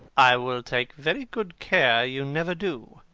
i will take very good care you never do.